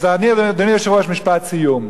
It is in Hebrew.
אדוני היושב-ראש, משפט סיום.